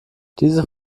diese